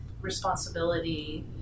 responsibility